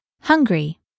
hungry